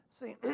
See